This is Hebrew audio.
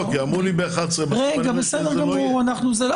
אמרו לי ב-11:00, ואני רואה שזה לא יהיה.